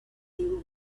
deal